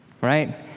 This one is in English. right